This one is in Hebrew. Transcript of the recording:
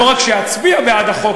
לא רק שאצביע בעד החוק,